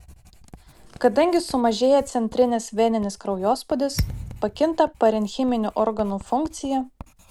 kadangi sumažėja centrinis veninis kraujospūdis pakinta parenchiminių organų funkcija